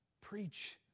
Preach